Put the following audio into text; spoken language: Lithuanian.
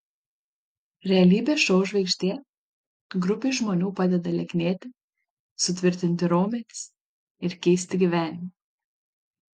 realybės šou žvaigždė grupei žmonių padeda lieknėti sutvirtinti raumenis ir keisti gyvenimą